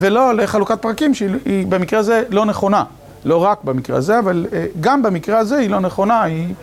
ולא לחלוקת פרקים, שהיא במקרה הזה לא נכונה. לא רק במקרה הזה, אבל גם במקרה הזה היא לא נכונה.